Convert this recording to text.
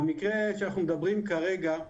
במקרה שאנחנו מדברים כרגע,